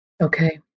Okay